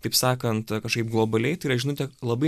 kaip sakant kažkaip globaliai tai yra žinutė labai